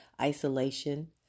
isolation